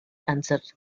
answered